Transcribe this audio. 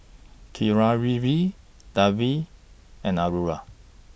Keeravani Devi and Aruna